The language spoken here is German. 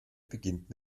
beginnt